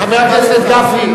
חבר הכנסת גפני,